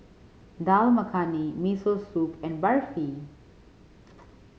Dal Makhani Miso Soup and Barfi